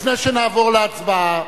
לפני שנעבור להצבעה,